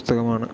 പുസ്തകമാണ്